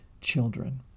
children